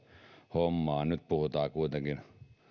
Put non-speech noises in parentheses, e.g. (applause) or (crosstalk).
hommaan niin nyt puhutaan kuitenkin (unintelligible)